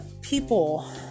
people